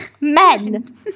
men